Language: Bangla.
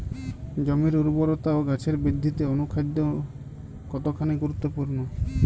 জমির উর্বরতা ও গাছের বৃদ্ধিতে অনুখাদ্য কতখানি গুরুত্বপূর্ণ?